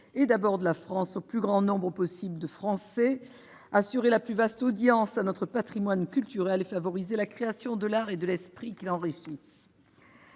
et d'abord de la France, au plus grand nombre possible de Français, d'assurer la plus vaste audience à notre patrimoine culturel et de favoriser la création de l'art et de l'esprit qui l'enrichisse.